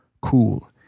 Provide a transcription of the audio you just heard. Cool